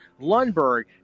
Lundberg